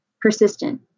persistent